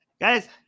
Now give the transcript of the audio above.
Guys